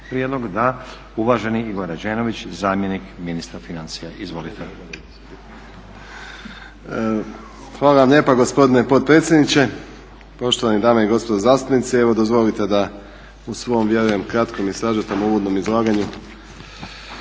prijedlog? Da. Uvaženi Igor Rađenović zamjenik ministra financija. Izvolite. **Rađenović, Igor (SDP)** Hvala vam lijepa gospodine potpredsjedniče. Poštovane dame i gospodo zastupnici. Evo dozvolite da u svom vjerujem kratkom i sažetom uvodnom izlaganju